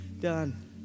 done